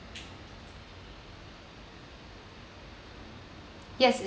yes